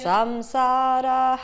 Samsara